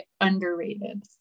underrated